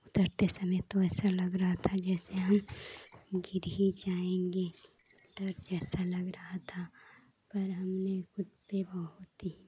चढ़ते समय तो ऐसा लग रहा था जैसे हम गिर ही जाएंगे डर जैसा लग रहा था और हमने खुद पे बहुत ही